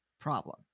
problem